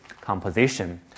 composition